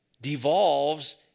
devolves